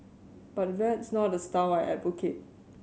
but that's not a style I advocate